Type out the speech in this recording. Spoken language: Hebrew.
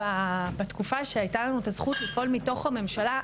בתקופה שהייתה לנו הזכות לפעול מתוך הממשלה,